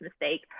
mistake